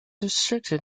restricted